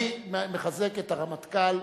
אני מחזק את הרמטכ"ל